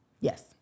Yes